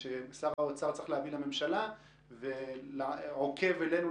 ששר האוצר צריך להביא לממשלה ועוקב אלינו,